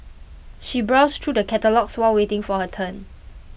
she browsed through the catalogues while waiting for her turn